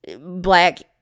black